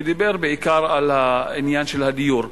ודיבר בעיקר על העניין של הדיור.